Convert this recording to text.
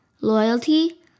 loyalty